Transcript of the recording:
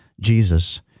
Jesus